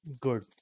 good